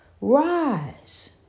Rise